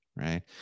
right